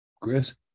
chris